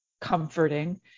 comforting